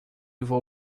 vou